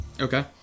okay